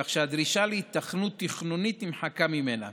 כך שהדרישה להיתכנות תכנונית נמחקה ממנה.